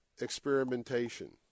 experimentation